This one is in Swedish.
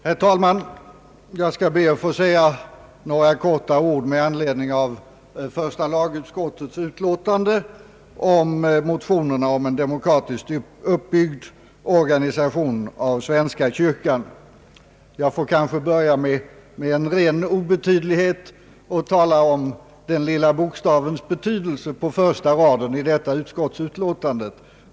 Herr talman! Jag skall be att få säga några få ord med anledning av första lagutskottets utlåtande nr 42 beträffande motionerna om en demokratiskt uppbyggd organisation av svenska kyrkan. Jag får kanske börja med en ren obetydlighet och tala om »den lilla bokstavens betydelse» på första raden i detta utskottsutlåtande.